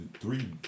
three